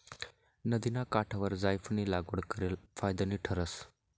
नदिना काठवर जायफयनी लागवड करेल फायदानी ठरस